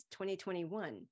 2021